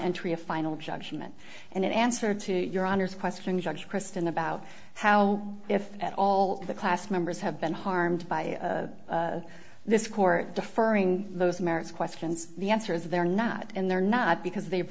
entry a final judgment and in answer to your honor's question judge kristen about how if at all the class members have been harmed by this court deferring those merits questions the answer is they're not and they're not because they've